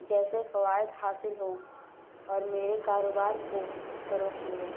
جیسے فوائد حاصل ہوں اور میرے کاروبار کو فروغ ملے